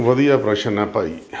ਵਧੀਆ ਪ੍ਰਸ਼ਨ ਹੈ ਭਾਈ